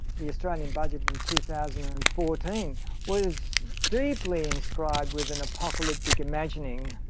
the australian budget in two thousand ah and fourteen was deeply inscribed with an apocalyptic imagining.